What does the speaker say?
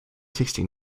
sixty